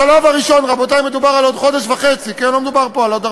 בשלב הראשון, רבותי, מדובר על בעוד חודש וחצי, כן?